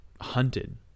hunted